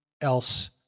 else